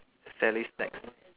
sally's snacks